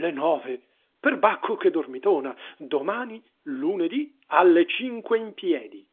le nove perbacco che dormitona domani lunedì alle cinque in piedi